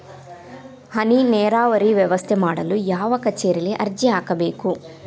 ಹನಿ ನೇರಾವರಿ ವ್ಯವಸ್ಥೆ ಮಾಡಲು ಯಾವ ಕಚೇರಿಯಲ್ಲಿ ಅರ್ಜಿ ಹಾಕಬೇಕು?